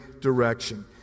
direction